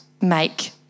make